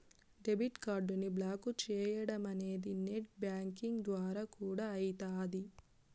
debit కార్డుని block చేయడమనేది net banking ద్వారా కూడా అయితాది